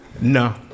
no